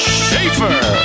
Schaefer